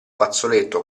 fazzoletto